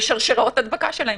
ושרשראות הדבקה שלהם.